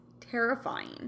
terrifying